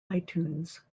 itunes